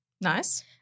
Nice